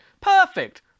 Perfect